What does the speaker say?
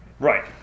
Right